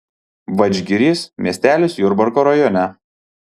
vadžgirys miestelis jurbarko rajone